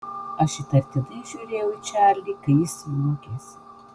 aš įtartinai žiūrėjau į čarlį kai jis juokėsi